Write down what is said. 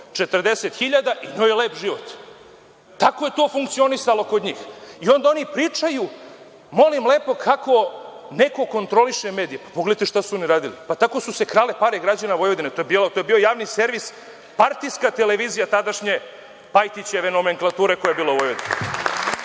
i njoj je lep život. Tako je to funkcionisalo kod njih. I onda oni pričaju, molim lepo, kako neko kontroliše medije. Pa pogledajte šta su oni radili. Pa tako su se krale pare građana Vojvodine. To je bio javni servis, partijska televizija tadašnje Pajtićeve nomenklature koja je bila u Vojvodini.